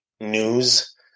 news